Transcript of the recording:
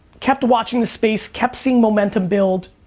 kept watching the space, kept seeing momentum build,